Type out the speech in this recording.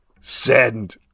send